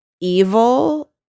evil